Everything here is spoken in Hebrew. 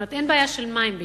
כלומר, אין בעיה של מים בישראל.